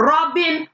Robin